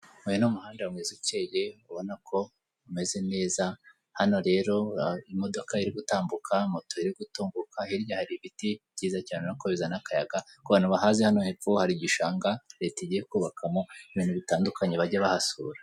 Uyu ni umuhanda mwiza ukeye, ubona ko umeze neza hano rero imodoka iri gutambuka moto iri gutunguka hirya ibiti byiza cyane ubona ko bizana akayaga kubantu bahazi hano hari igishanga leta igiye kubakamo abantu bajya bahasura.